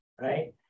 right